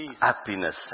Happiness